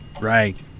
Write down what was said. Right